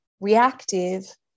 reactive